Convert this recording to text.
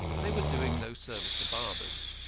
they were doing no service to barbers.